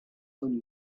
only